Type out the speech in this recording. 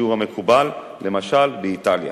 מהשיעור המקובל, למשל, באיטליה.